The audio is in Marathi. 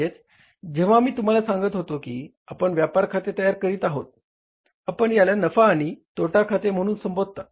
म्हणजे जेव्हा मी तुम्हाला सांगत होतो की आपण व्यापार खाते तयार करीत आहोत आपण याला नफा आणि तोटा खाते म्हणून संबोधता